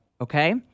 okay